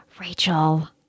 Rachel